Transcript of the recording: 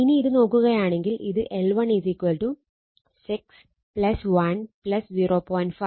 ഇനി ഇത് നോക്കുകയാണെങ്കിൽ ഇത് L1 6 1 0